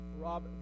rob